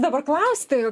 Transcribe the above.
dabar klausti